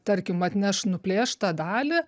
tarkim atneš nuplėštą dalį